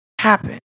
happen